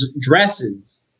dresses